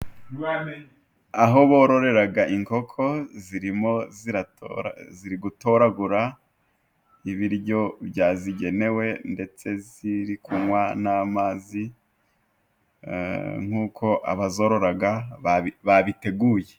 Aho bororera inkoko zirimo zira ziri gutoragura ibiryo byazigenewe ndetse ziri kunywa n'amazi ,nk'uko abazororora babiteguye.